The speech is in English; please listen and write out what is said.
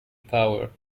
power